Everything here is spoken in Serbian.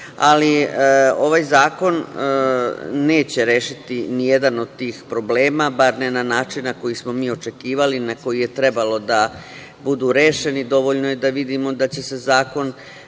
Ali, ovaj zakon neće rešiti ni jedan od tih problema, bar ne na način na koji smo mi očekivali, na koji je trebalo da budu rešeni. Dovoljno je da vidimo da će se zakon